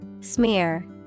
Smear